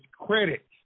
credit